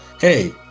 hey